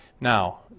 Now